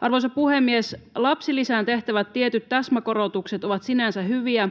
Arvoisa puhemies! Lapsilisään tehtävät tietyt täsmäkorotukset ovat sinänsä hyviä,